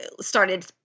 started